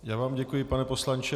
Já vám děkuji, pane poslanče.